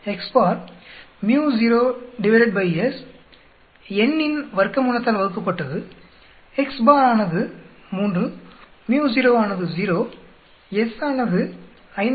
µ0 s n இன் வர்க்கமூலத்தால் வகுக்கப்பட்டது ஆனது 3 µ0 ஆனது 0 s ஆனது 5